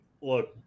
look